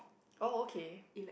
oh okay